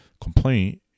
complaint